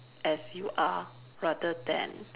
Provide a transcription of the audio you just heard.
as you are rather than